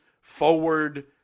forward